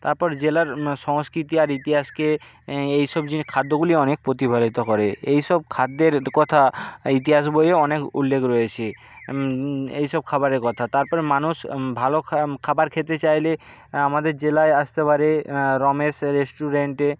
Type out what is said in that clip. তারপর জেলার সংস্কৃতি আর ইতিহাসকে এই সব যে খাদ্যগুলি অনেক প্রতিফলিত করে এই সব খাদ্যের কথা ইতিহাস বইয়ে অনেক উল্লেখ রয়েছে এই সব খাবারের কথা তারপরে মানুষ ভালো খাবার খেতে চাইলে আমাদের জেলায় আসতে পারে রমেশ রেস্টুরেন্টে